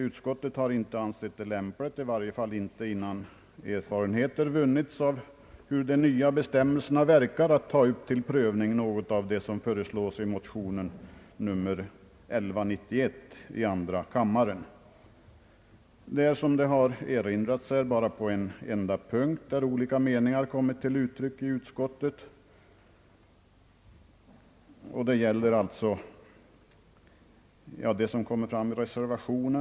Utskottet har inte ansett det lämpligt — i varje fall inte innan erfarenheter vunnits om hur de nya bestämmelserna verkar — att ta upp till prövning något av det som föreslås i motionen II: 1191. På en enda punkt har olika meningar kommit till uttryck i utskottet, vilket föranlett en reservation.